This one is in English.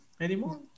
anymore